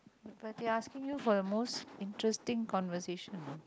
but they asking you for the most interesting conversation